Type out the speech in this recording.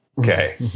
Okay